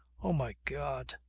oh my god!